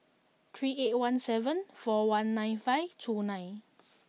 three eight one seven four one nine five two nine